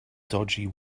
dodgy